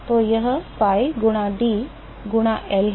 तो यह pi गुणा d गुणा L है